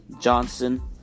Johnson